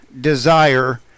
desire